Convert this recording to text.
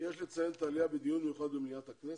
יש לציין את העלייה בדיון מיוחד במליאת הכנסת.